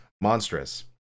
Monstrous